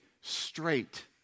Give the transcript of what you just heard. straight